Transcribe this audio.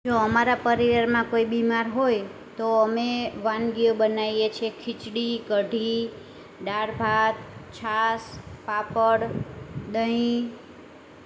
અમારા પરિવારમાં કોઈ બીમાર હોય તો અમે વાનગીઓ બનાવીએ છીએ ખિચડી કઢી દાળ ભાત છાશ પાપડ દહીં